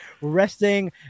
resting